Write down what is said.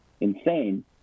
insane